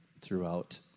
throughout